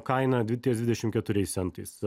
kainą dvi ties dvidešim keturiais centais